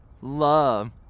love